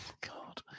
God